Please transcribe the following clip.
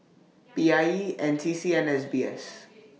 P I E N C C and S B S